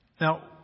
Now